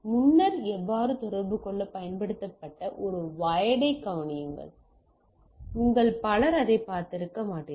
முன்னர் எவ்வாறு தொடர்பு கொள்ள பயன்படுத்தப்பட்ட ஒரு வயர்ட்ஐ கவனியுங்கள் உங்களில் பலர் அதைப் பார்த்திருக்க மாட்டார்கள்